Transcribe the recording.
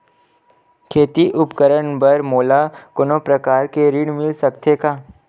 खेती उपकरण बर मोला कोनो प्रकार के ऋण मिल सकथे का?